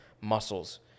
muscles